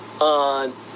on